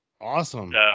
Awesome